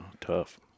Tough